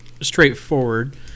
straightforward